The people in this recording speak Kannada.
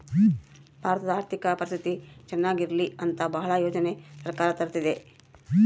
ಭಾರತದ ಆರ್ಥಿಕ ಪರಿಸ್ಥಿತಿ ಚನಾಗ ಇರ್ಲಿ ಅಂತ ಭಾಳ ಯೋಜನೆ ಸರ್ಕಾರ ತರ್ತಿದೆ